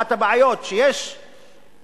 אחת הבעיות היא שיש תכנון,